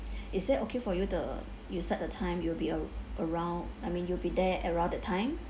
is it okay for you to you set a time you will be ar~ around I mean you'll be there around that time